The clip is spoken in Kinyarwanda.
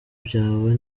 byawe